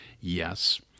Yes